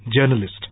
journalist